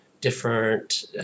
different